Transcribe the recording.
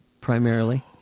primarily